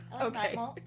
Okay